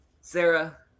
Sarah